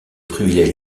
privilège